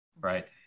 Right